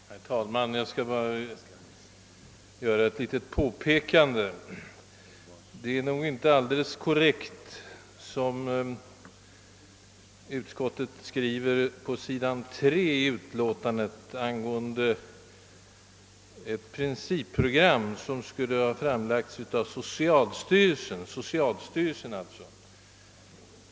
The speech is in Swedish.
Herr talman! Jag skall bara göra ett litet påpekande. Vad statsutskottet skriver på sidan 3 1 det föreliggande utlåtandet angående ett principprogram, som skulle ha framlagts av socialstyrelsen, är inte aildeles korrekt.